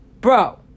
bro